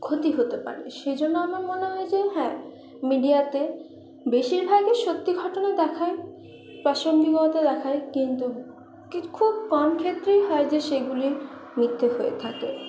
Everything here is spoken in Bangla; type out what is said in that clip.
ক্ষতি হতে পারে সেই জন্য আমার মনে হয় যে হ্যাঁ মিডিয়াতে বেশিরভাগই সত্যি ঘটনা দেখায় প্রাসঙ্গিকতা দেখায় কিন্তু খুব কম ক্ষেত্রেই হয় তো সেগুলি মিথ্যে হয়ে থাকে